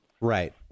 Right